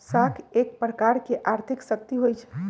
साख एक प्रकार के आर्थिक शक्ति होइ छइ